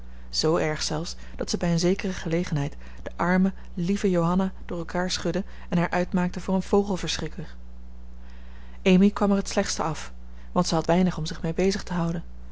zoo erg zelfs dat ze bij een zekere gelegenheid de arme lieve johanna door elkaar schudde en haar uitmaakte voor een vogelverschrikker amy kwam er het slechtst af want zij had weinig om zich mee bezig te houden